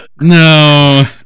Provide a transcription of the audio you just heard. No